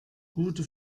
gute